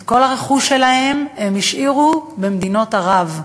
את כל הרכוש שלהם הם השאירו במדינות ערב.